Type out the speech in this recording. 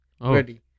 ready